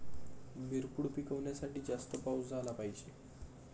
मिरपूड पिकवण्यासाठी जास्त पाऊस झाला पाहिजे